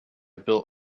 built